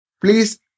Please